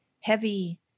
heavy